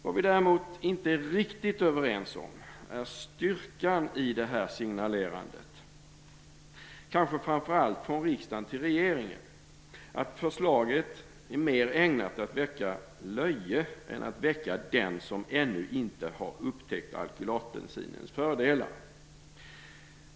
Vad vi däremot inte är riktigt överens om är styrkan i det här signalerandet, kanske framför allt från riksdagen till regeringen. Förslaget är mer ägnat att väcka löje än att väcka den som ännu inte har upptäckt alkylatbensinens fördelar.